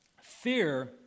Fear